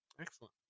Excellent